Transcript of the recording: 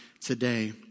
today